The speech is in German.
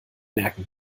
merken